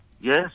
Yes